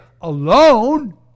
alone